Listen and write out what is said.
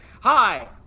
hi